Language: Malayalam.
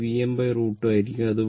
ഇത് Vm√ 2 ആയിരിക്കും